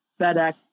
FedEx